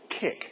kick